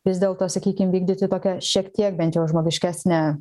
vis dėlto sakykim vykdyti tokią šiek tiek bent jau žmogiškesnę